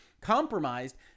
compromised